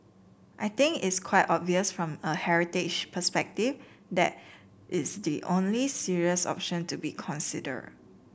I think it's quite obvious from a heritage perspective that is the only serious option to be consider